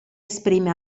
esprime